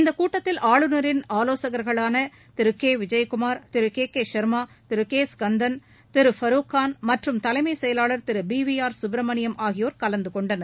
இந்த கூட்டத்தில் ஆளுநரின் ஆவோசகர்களான திரு கே விஜயகுமார் திரு கே கே சர்மா திரு கே ஸ்கந்தன் திரு பருக்கான் மற்றம் தலைமை செயலாளர் திரு பிவிஆர் சுப்பிரமணியம் ஆகியோர் கலந்துகொண்டனர்